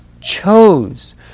chose